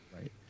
Right